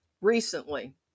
recently